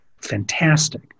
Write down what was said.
fantastic